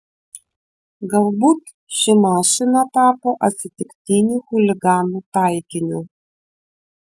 galbūt ši mašina tapo atsitiktiniu chuliganų taikiniu